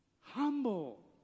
humble